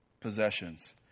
possessions